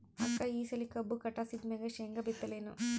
ಅಕ್ಕ ಈ ಸಲಿ ಕಬ್ಬು ಕಟಾಸಿದ್ ಮ್ಯಾಗ, ಶೇಂಗಾ ಬಿತ್ತಲೇನು?